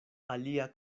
alia